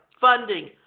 funding